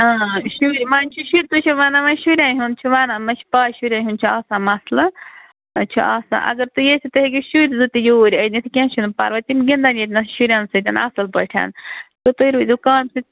شُرۍ ونۍ چھِ شُرۍ تُہۍ چھِ وَنان وَنۍ شُرٮ۪ن ہُنٛد چھُ وَنان مےٚ چھِ پاے شُرٮ۪ن ہُنٛد چھُ آسان مَسلہٕ چھِ آسان اگر تُہی ییٚژھو تُہۍ ہیٚکو شُرزٕ تہِ یوٗرۍ أنِتھ کیٚنٛہہ چھُنہٕ پَرواے تِم گِنٛدَن ییٚتنس شُرٮ۪ن اصٕل پٲٹھۍ تہٕ تُہۍ روٗزِو کامہِ سۭتۍ